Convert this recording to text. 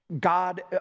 God